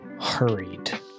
hurried